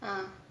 ah